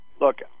look